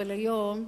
אבל היום,